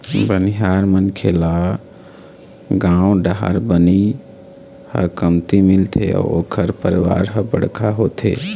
बनिहार मनखे ल गाँव डाहर बनी ह कमती मिलथे अउ ओखर परवार ह बड़का होथे